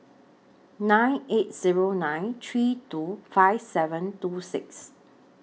nine eight Zero nine three two five seven two six